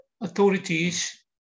authorities